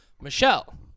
Michelle